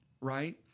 Right